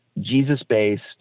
Jesus-based